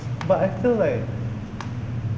but I feel like